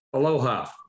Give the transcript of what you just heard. Aloha